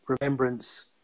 remembrance